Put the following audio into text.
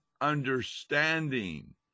understanding